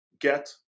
get